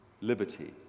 Liberty